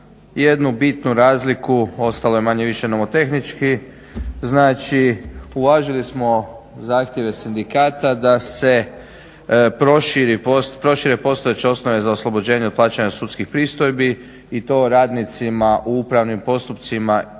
jednu bitnu razliku ostalo je manje-više nomotehnički. Znači uvažili smo zahtjeve sindikata da se prošire postojeće osnove za oslobođenje od plaćanja sudskih pristojbi i to radnicima u upravnim postupcima